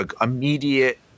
immediate